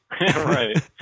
Right